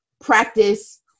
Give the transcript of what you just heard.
practice